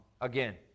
Again